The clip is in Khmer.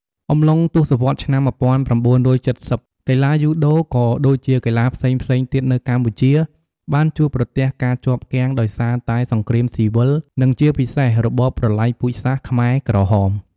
អំឡុងទសវត្សរ៍ឆ្នាំ១៩៧០ កីឡាយូដូក៏ដូចជាកីឡាផ្សេងៗទៀតនៅកម្ពុជាបានជួបប្រទះការជាប់គាំងដោយសារតែសង្គ្រាមស៊ីវិល និងជាពិសេសរបបប្រល័យពូជសាសន៍ខ្មែរក្រហម ។